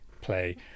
play